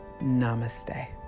Namaste